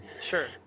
sure